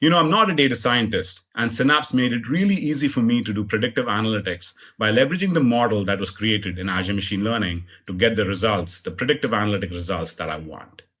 you know i'm not a data scientist and synapse made it really easy for me to do predictive analytics by leveraging the model that was created in azure machine learning to get the results, the predictive analytic results that i want.